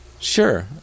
Sure